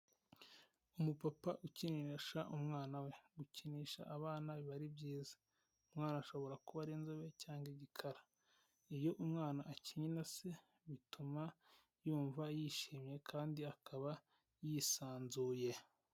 Umupapa ukinisha umwana we, gukinisha abana biba ari byiza, umwana ashobora kuba ari inzobe cyangwa igikara iyo umwana akina na se bituma yumva yishimye kandi akaba yisanzuye.